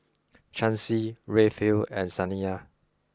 Chancy Rayfield and Saniya